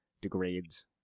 degrades